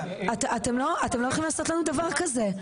אתם לא הולכים לעשות לנו דבר כזה,